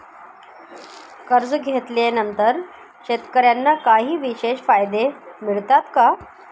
कर्ज घेतले तर शेतकऱ्यांना काही विशेष फायदे मिळतात का?